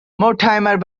mortimer